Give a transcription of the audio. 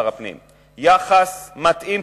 יחס מתאים,